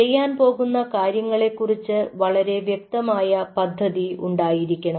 ചെയ്യാൻ പോകുന്ന കാര്യങ്ങളെക്കുറിച്ച് വളരെ വ്യക്തമായ പദ്ധതി ഉണ്ടായിരിക്കണം